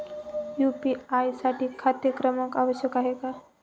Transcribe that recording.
UPI साठी खाते क्रमांक आवश्यक आहे का?